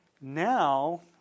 Now